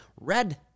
Red